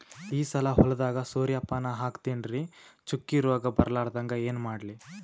ಈ ಸಲ ಹೊಲದಾಗ ಸೂರ್ಯಪಾನ ಹಾಕತಿನರಿ, ಚುಕ್ಕಿ ರೋಗ ಬರಲಾರದಂಗ ಏನ ಮಾಡ್ಲಿ?